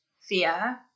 fear